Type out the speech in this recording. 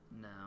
No